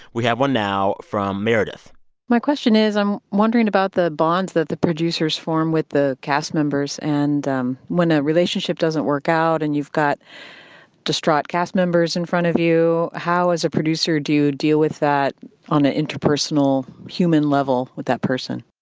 we have one now from meredith my question is i'm wondering about the bonds that the producers form with the cast members, and um when a relationship doesn't work out and you've got distraught cast members in front of you, how as a producer do you deal with that on a interpersonal, human level with that person?